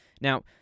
Now